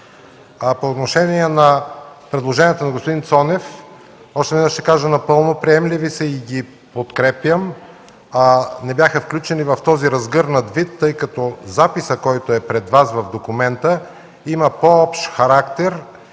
По отношение на предложението на господин Цонев. Още веднъж ще кажа, напълно приемливи са и ги подкрепям. Не бяха включени в този разгърнат вид, тъй като записът в документа, който е пред Вас, има по-общ характер